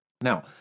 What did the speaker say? Now